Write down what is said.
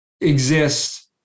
exist